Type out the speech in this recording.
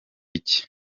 iki